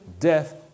Death